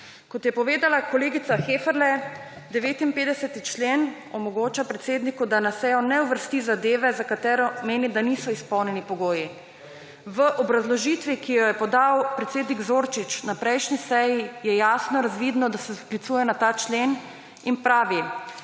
Kot je povedala kolegica Heferle, 59. člen omogoča predsedniku, da na sejo ne uvrsti zadeve za katero meni, da niso izpolnjeni pogoji. V obrazložitvi, ki jo je podal, predsednik Zorčič, na prejšnji seji je jasno razvidno, da se sklicuje na ta člen in pravi,